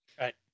Right